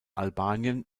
albanien